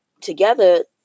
together